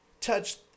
touch